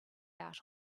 out